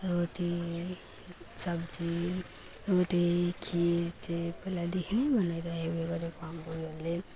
रोटी सब्जी रोटी खिर चाहिँ पहिलादेखि नै बनाइरहेको उयो गरेको हाम्रो उयोहरूले